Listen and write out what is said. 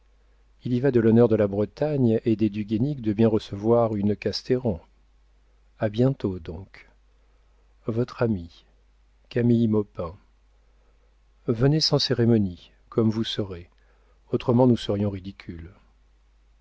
il y va de l'honneur de la bretagne et des du guénic de bien recevoir une casteran a bientôt donc votre ami camille maupin venez sans cérémonie comme vous serez autrement nous serions ridicules